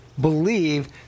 believe